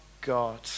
God